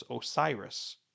Osiris